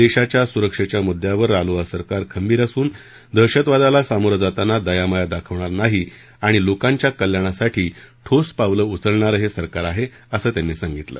देशाच्या सुरक्षेच्या मुद्द्यावर रालोआ सरकार खंबीर असून दहशतवादाची हाताळणी करताना दयामाया दाखवणार नाही आणि लोकांच्या कल्याणासाठी ठोस पावलं उचलणारं हे सरकार आहे असं त्यांनी सांगितलं